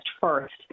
first